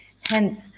Hence